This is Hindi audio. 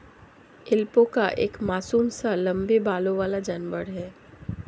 ऐल्पैका एक मासूम सा लम्बे बालों वाला जानवर है